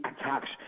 attacks